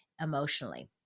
emotionally